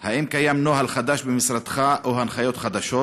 2. האם קיים נוהל חדש במשרדך, או הנחיות חדשות?